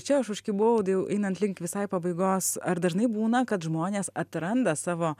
čia aš užkibau dėl einant link visai pabaigos ar dažnai būna kad žmonės atranda savo